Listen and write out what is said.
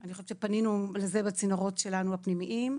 אני חושבת שפנינו לזה בצינורות הפנימיים שלנו.